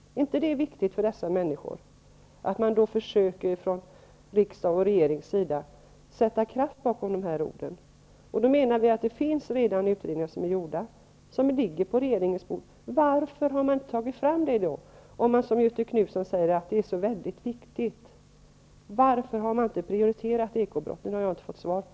Är det inte viktigt för dessa människor att riksdag och regering försöker sätta kraft bakom orden? Vi menar att utredningar redan har gjorts och att de ligger på regeringens bord. Varför har man ine tagit fram dem, om man, som Göthe Knutson säger, tycker att frågan är så viktig? Varför har man inte prioriterat kampen mot ekobrotten? Det har jag inte fått svar på.